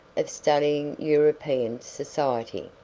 of studying european society,